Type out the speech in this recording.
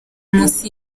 munsi